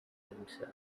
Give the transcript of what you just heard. himself